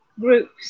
groups